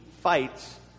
fights